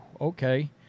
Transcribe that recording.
Okay